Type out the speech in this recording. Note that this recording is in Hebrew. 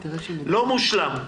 זה לא מושלם,